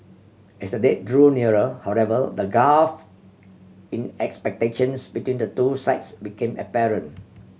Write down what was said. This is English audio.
as the date drew nearer however the gulf in expectations between the two sides became apparent